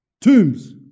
Tombs